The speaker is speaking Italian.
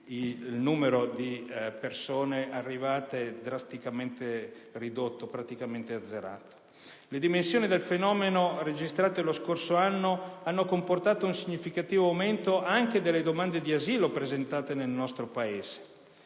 il numero di persone arrivate si è drasticamente ridotto, praticamente azzerato. Le dimensioni del fenomeno registrate lo scorso anno hanno comportato un significativo aumento anche delle domande di asilo presentate nel nostro Paese: